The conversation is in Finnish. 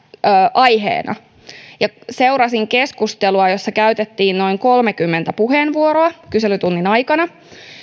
pääaiheena seurasin keskustelua jossa käytettiin noin kolmekymmentä puheenvuoroa kyselytunnin aikana